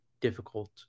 difficult